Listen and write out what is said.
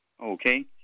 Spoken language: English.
Okay